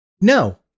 no